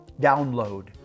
download